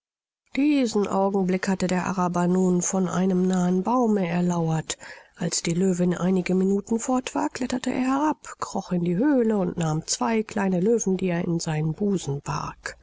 diesen augenblick hatte der araber nun von einem nahen baume erlauert als die löwin einige minuten fort war kletterte er herab kroch in die höhle und nahm zwei kleine löwen die er in seinen busen barg